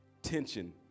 tension